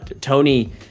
Tony